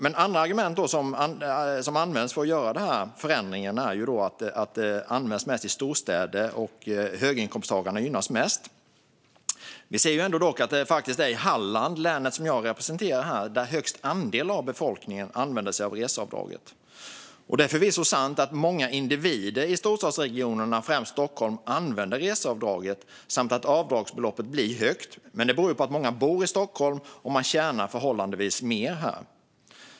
Ett annat argument för att göra förändringen är att det används mest i storstäder och att höginkomsttagarna gynnas mest. Vi ser dock att det faktiskt är i Halland, länet som jag representerar här, som högst andel av befolkningen använder sig av reseavdraget. Det är förvisso sant att många individer i storstadsregionerna och främst i Stockholm använder reseavdraget samt att avdragsbeloppet blir högt. Men det beror på att många bor i Stockholm och att man tjänar förhållandevis mer här.